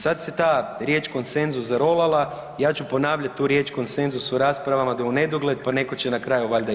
Sad se ta riječ konsenzus zarolala, ja ću ponavljati tu riječ konsenzus u raspravama u nedogled, pa netko će na kraju valjda i